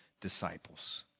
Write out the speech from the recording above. disciples